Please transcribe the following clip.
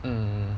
um